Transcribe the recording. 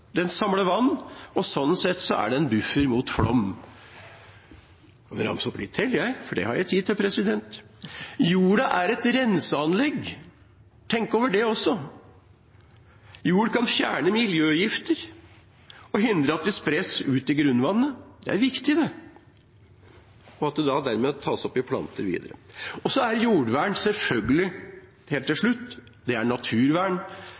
Den samler vann, og sånn sett er den en buffer mot flom. Jeg kan ramse opp litt til, jeg, for det har jeg tid til: Jorda er et renseanlegg. Tenk over det også. Jord kan fjerne miljøgifter og hindre at de spres ut i grunnvannet – det er viktig, det – og dermed tas opp av plantene. Og til slutt: Jordvern er selvfølgelig naturvern. Det er vern av biologisk mangfold. Man tenker ikke så mye over det.